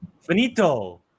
finito